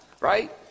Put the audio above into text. right